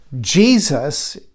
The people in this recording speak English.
Jesus